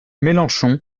mélenchon